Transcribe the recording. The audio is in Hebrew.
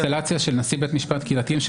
לנשיא בית המשפט העליון ולשר המשפטים.